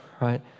right